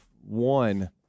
one